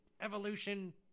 Evolution